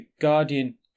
guardian